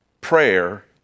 prayer